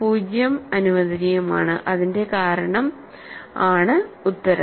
0 ഉം അനുവദനീയമാണ് അതിന്റെ കാരണം ആണ് ഉത്തരം